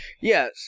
Yes